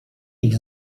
ich